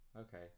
Okay